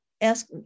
ask